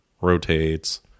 rotates